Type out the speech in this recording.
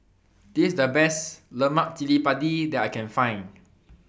This IS The Best Lemak Cili Padi that I Can Find